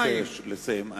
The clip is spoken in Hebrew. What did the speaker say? אני מבקש לסיים.